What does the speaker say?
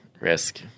Risk